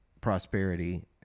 prosperity